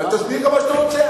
תסביר כמה שאתה רוצה,